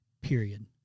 period